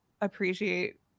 appreciate